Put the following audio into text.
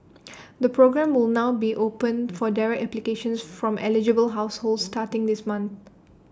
the programme will now be open for direct applications from eligible households starting this month